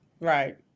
Right